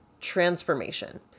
transformation